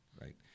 right